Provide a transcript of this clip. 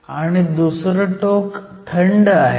आणि दुसरं टोक थंड आहे